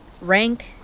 Rank